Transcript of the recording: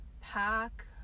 pack